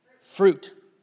Fruit